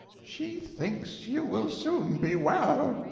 she thinks you will soon be well.